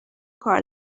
کار